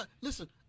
Listen